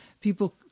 People